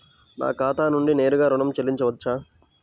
నా ఖాతా నుండి నేరుగా ఋణం చెల్లించవచ్చా?